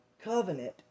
Covenant